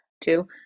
two